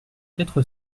quatre